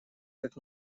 как